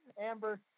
Amber